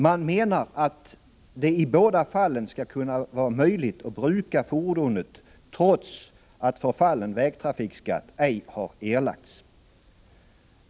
Man menar att det i båda fallen skall kunna vara möjligt att bruka fordonet trots att förfallen vägtrafikskatt ej har erlagts.